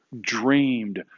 dreamed